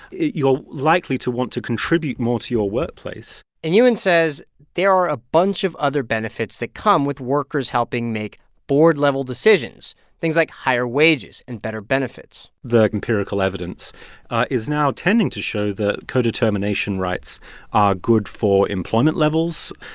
you're likely to want to contribute more to your workplace and ewan says there are a bunch of other benefits that come with workers helping make board-level decisions things like higher wages and better benefits the empirical evidence is now tending to show that co-determination rights are good for employment levels,